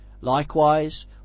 Likewise